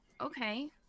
okay